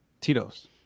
Tito's